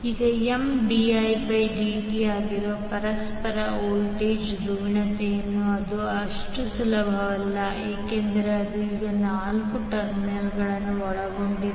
ಈಗ Mdi dt ಆಗಿರುವ ಪರಸ್ಪರ ವೋಲ್ಟೇಜ್ನ ಧ್ರುವೀಯತೆಗೆ ಅದು ಅಷ್ಟು ಸುಲಭವಲ್ಲ ಏಕೆಂದರೆ ಅದು ಈಗ ನಾಲ್ಕು ಟರ್ಮಿನಲ್ಗಳನ್ನು ಒಳಗೊಂಡಿದೆ